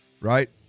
right